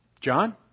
John